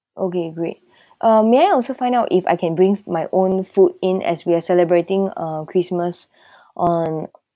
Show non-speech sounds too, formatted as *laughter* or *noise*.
okay great *breath* uh may I also find out if I can bring my own food in as we are celebrating a christmas *breath* on